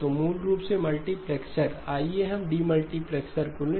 तो मूल रूप से मल्टीप्लेक्सर आइए हम डीमल्टीप्लेक्सर को लें